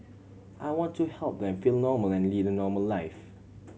I want to help them feel normal and lead a normal life